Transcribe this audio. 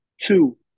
Two